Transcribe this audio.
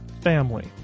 family